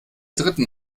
dritten